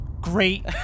Great